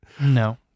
No